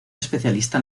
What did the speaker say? especialista